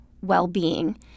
well-being